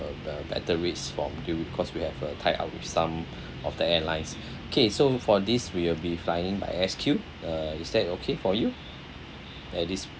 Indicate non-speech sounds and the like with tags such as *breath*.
a a better rates from deal cause we have a tie up with some *breath* of the airlines K so for this we'll be flying by S_Q uh is that okay for you at this